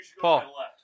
Paul